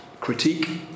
critique